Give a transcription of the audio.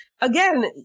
again